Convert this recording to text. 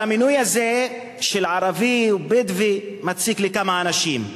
אבל המינוי הזה של ערבי או בדואי מציק לכמה אנשים,